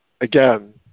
Again